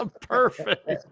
Perfect